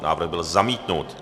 Návrh byl zamítnut.